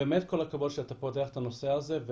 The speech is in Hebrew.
באמת כל הכבוד שאתה פותח את הנושא הזה.